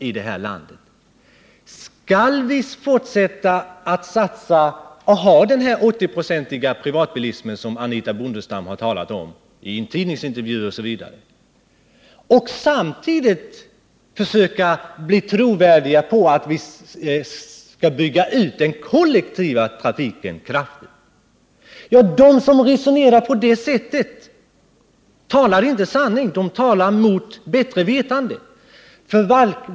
Man kan inte fortsätta att ha den 80-procentiga privatbilism som Anitha Bondestam talat om i tidningsintervjuer och i andra sammanhang och samtidigt förvänta sig att talet om en kraftig utbyggnad av kollektivtrafiken skall framstå som trovärdigt. De som resonerar på det sättet talar mot bättre vetande.